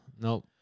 Nope